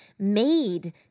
Made